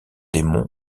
démon